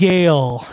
Gale